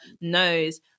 knows